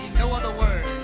no other word